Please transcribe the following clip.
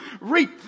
reap